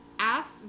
Ask